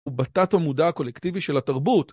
ובתת המודע הקולקטיבי של התרבות